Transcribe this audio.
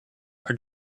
are